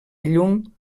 llum